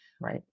Right